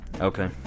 Okay